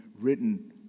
written